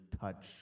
touch